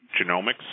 genomics